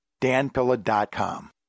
danpilla.com